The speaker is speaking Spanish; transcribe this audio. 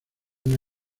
una